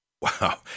Wow